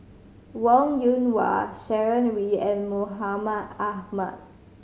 Wong Yoon Wah Sharon Wee and Mahmud Ahmad